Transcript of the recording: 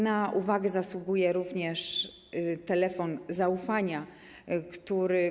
Na uwagę zasługuje również telefon zaufania.